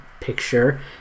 picture